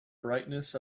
brightness